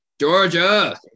Georgia